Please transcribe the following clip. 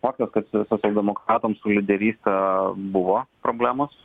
faktas kad socialdemokratams su lyderyste buvo problemos